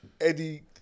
Eddie